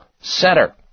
Center